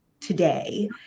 today